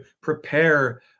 prepare